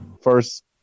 first